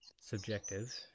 subjective